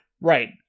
Right